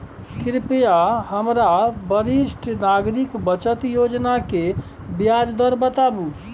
कृपया हमरा वरिष्ठ नागरिक बचत योजना के ब्याज दर बताबू